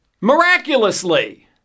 Miraculously